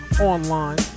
online